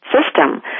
system